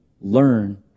learn